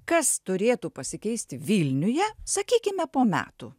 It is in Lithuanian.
kas turėtų pasikeisti vilniuje sakykime po metų